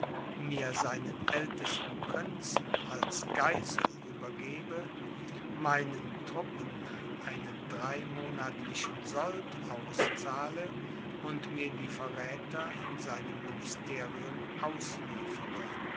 mir seinen ältesten prinzen als geißel übergebe meinen truppen einen dreimonatlichen sold auszahle und mir die verräther in seinem ministerium ausliefere